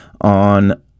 on